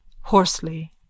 Hoarsely